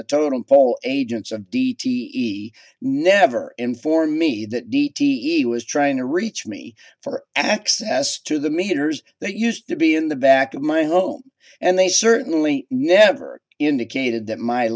the totem pole agents of d t e never inform me that d t e was trying to reach me for access to the meters that used to be in the back of my home and they certainly never indicated that my